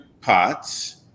pots